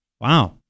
Wow